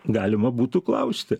galima būtų klausti